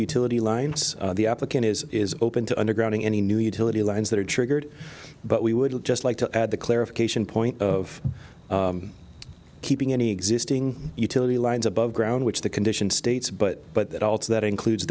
utility lines the application is is open to underground any new utility lines that are triggered but we would just like to add the clarification point of keeping any existing utility lines above ground which the condition states but but also that includes